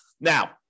Now